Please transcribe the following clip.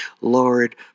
Lord